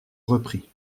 reprit